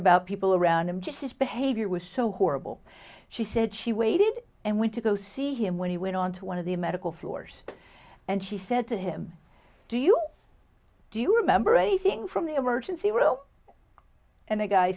about people around him just his behavior was so horrible she said she waited and went to go see him when he went on to one of the medical floors and she said to him do you do you remember a thing from the emergency room and the guy